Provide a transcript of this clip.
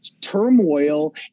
turmoil